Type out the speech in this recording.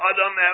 Adam